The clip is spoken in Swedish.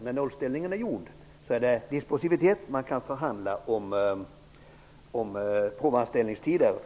När nollställningen är gjord kan man använda dispositiviteten i lagen när det gäller förhandlingar om provanställningstider.